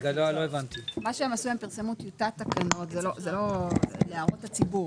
הם פרסמו טיוטת תקנות להערות הציבור.